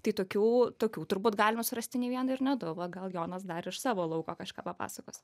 tai tokių tokių turbūt galima surasti ne vieną ir ne du va gal jonas dar iš savo lauko kažką papasakos